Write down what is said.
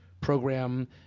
program